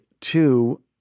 two